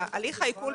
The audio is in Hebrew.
אתה לא תמיד